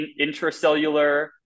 Intracellular